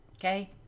Okay